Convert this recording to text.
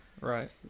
Right